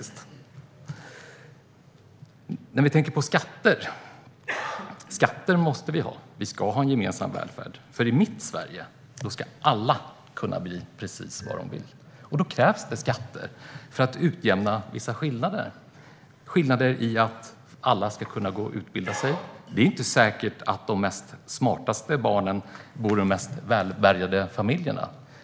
Skatter måste vi ha. Vi ska ha en gemensam välfärd, för i mitt Sverige ska alla kunna bli precis vad de vill. Då krävs skatter för att utjämna vissa skillnader, till exempel vad gäller möjligheterna att utbilda sig. Det är inte säkert att de smartaste barnen finns i de mest välbärgade familjerna.